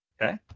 okay